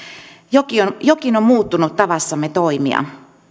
jokin on muuttunut tavassamme toimia